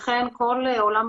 נכון.